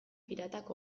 piratak